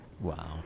Wow